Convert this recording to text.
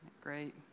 Great